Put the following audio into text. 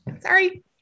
Sorry